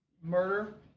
murder